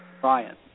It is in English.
Brian